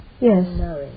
Yes